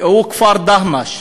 כפר דהמש.